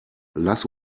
lass